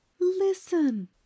Listen